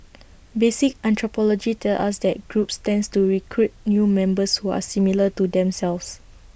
basic anthropology tells us that groups tends to recruit new members who are similar to themselves